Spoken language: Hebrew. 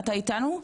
אתה איתנו?